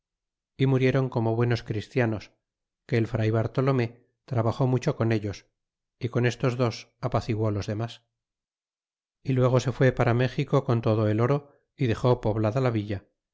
y muriéron como buenos christianos que el fr bartolomé trabajó mucho con ellos y con estos dos apaciguó los dernas y luego se fué para méxico con todo el oro y dexú poblada la